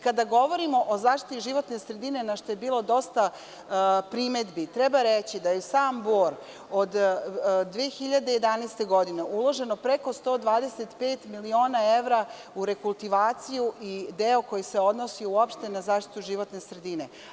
Kada govorimo o zaštiti životne sredine, na šta je bilo dosta primedbi, treba reći da je u sam Bor od 2011. godine uloženo 125 miliona evra u rekultivaciju i deo koji se odnosi uopšte na zaštitu životne sredine.